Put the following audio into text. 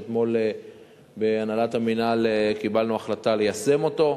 שאתמול בהנהלת המינהל קיבלנו החלטה ליישם אותו.